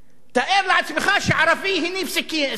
תאר לעצמך שערבי הניף סכין.